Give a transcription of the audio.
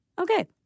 Okay